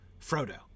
Frodo